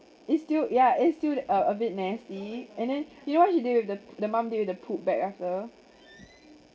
it's still ya it's still a bit messy and then you know what she did with the the mum with the poop back after